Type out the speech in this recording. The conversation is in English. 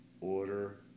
order